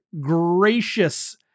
gracious